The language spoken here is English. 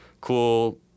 cool